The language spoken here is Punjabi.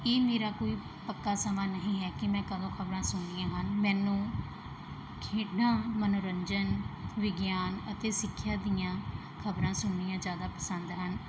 ਇਹ ਮੇਰਾ ਕੋਈ ਪੱਕਾ ਸਮਾਂ ਨਹੀਂ ਹੈ ਕਿ ਮੈਂ ਕਦੋਂ ਖਬਰਾਂ ਸੁਣਨੀਆਂ ਹਨ ਮੈਨੂੰ ਖੇਡਾਂ ਮਨੋਰੰਜਨ ਵਿਗਿਆਨ ਅਤੇ ਸਿੱਖਿਆ ਦੀਆਂ ਖਬਰਾਂ ਸੁਣਨੀਆਂ ਜ਼ਿਆਦਾ ਪਸੰਦ ਹਨ